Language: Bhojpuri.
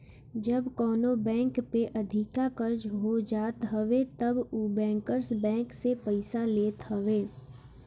जब कवनो बैंक पे अधिका कर्जा हो जात हवे तब उ बैंकर्स बैंक से पईसा लेत हवे